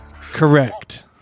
Correct